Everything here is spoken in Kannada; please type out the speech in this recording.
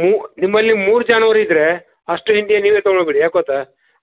ಮೂ ನಿಮ್ಮಲ್ಲಿ ಮೂರು ಜಾನುವಾರು ಇದ್ದರೆ ಅಷ್ಟು ಹಿಂಡಿಯನ್ನು ನೀವೆ ತಗೊಳ್ಬಿಡಿ ಯಾಕೆ ಗೊತ್ತ